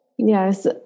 Yes